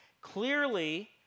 Clearly